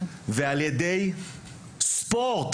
ועל ידי ספורט